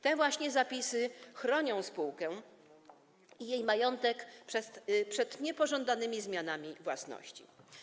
Te właśnie zapisy chronią spółkę i jej majątek przed niepożądanymi zmianami własności.